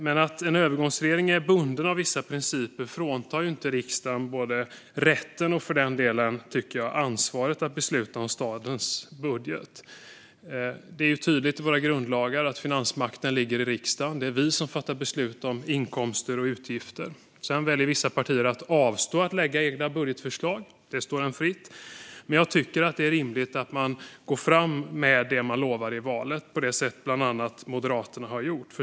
Men att en övergångsregering är bunden av vissa principer fråntar inte riksdagen rätten och för den delen även ansvaret att besluta om statens budget. Det är tydligt i våra grundlagar att finansmakten ligger i riksdagen. Det är vi som ska fatta beslut om inkomster och utgifter. Sedan väljer vissa partier att avstå från att lägga egna budgetförslag. Det står dem fritt. Men jag tycker att det är rimligt att man går fram med det man har lovat i valet, på det sätt som bland andra Moderaterna har gjort.